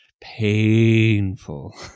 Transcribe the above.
painful